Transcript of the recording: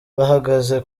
bahagaze